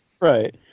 Right